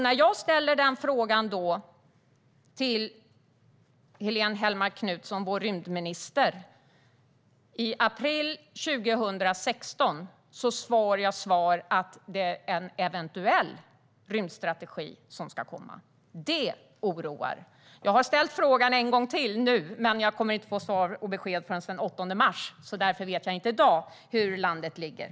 När jag ställde en fråga till rymdminister Helene Hellmark Knutsson i april 2016 fick jag svaret att en eventuell rymdstrategi ska komma. Detta oroar. Jag har ställt frågan ännu en gång nu, men jag kommer inte att få svar och besked förrän den 8 mars. Därför vet jag inte i dag hur landet ligger.